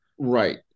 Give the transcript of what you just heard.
Right